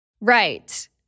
Right